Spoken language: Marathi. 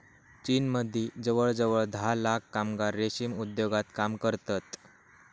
चीनमदी जवळजवळ धा लाख कामगार रेशीम उद्योगात काम करतत